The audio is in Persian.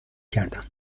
کردم